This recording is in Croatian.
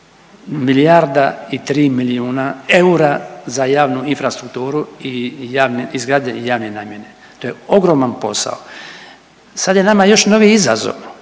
milijarda i 3 milijuna eura za javnu infrastrukturu i zgrade javne namjene. To je ogroman posao. Sad je nama još novi izazov